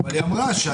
היא אמרה,